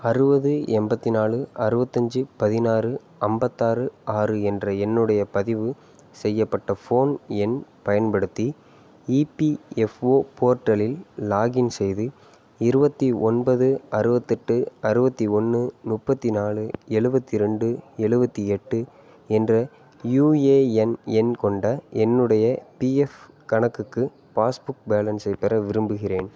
அறுபது எண்பத்தி நாலு அறுவத்தஞ்சு பதினாறு ஐம்பத்தாறு ஆறு என்ற என்னுடைய பதிவு செய்யப்பட்ட ஃபோன் எண் பயன்படுத்தி இபிஎஃப்ஓ போர்ட்டலில் லாக்இன் செய்து இருபத்தி ஒன்பது அறுபத்தெட்டு அறுபத்தி ஒன்று முப்பத்தி நாலு எழுவத்தி ரெண்டு எழுவத்தி எட்டு என்ற யுஏஎன் எண் கொண்ட என்னுடைய பிஎஃப் கணக்குக்கு பாஸ் புக் பேலன்ஸை பெற விரும்புகிறேன்